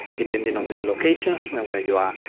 depending on the locations and where you are.